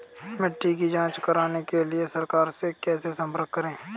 मिट्टी की जांच कराने के लिए सरकार से कैसे संपर्क करें?